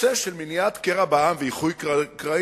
הנושא של מניעת קרע בעם ואיחוי קרעים